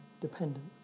dependent